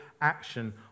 action